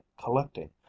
collecting